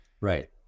Right